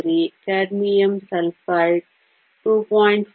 43 cadmium sulphide 2